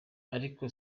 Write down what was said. ariko